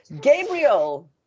Gabriel